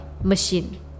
machine